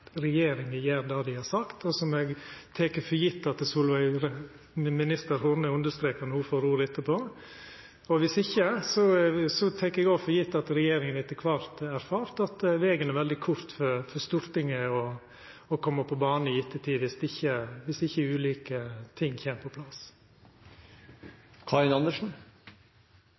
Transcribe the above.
regjeringa gjer det dei har sagt, noko eg tek for gjeve at minister Solveig Horne understreker når ho får ordet etterpå. Viss ikkje tek eg òg for gjeve at regjeringa etter kvart har erfart at vegen er veldig kort for Stortinget til å kome på banen i ettertid, viss ikkje ulike ting kjem på plass.